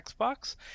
Xbox